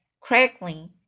crackling